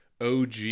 OG